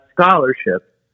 scholarship